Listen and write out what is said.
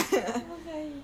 我不可以